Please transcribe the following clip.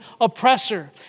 oppressor